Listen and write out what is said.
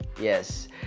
yes